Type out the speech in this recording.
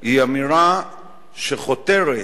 היא אמירה שחותרת